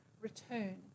return